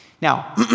Now